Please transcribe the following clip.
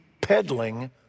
peddling